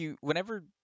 whenever